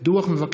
ישראל אייכלר,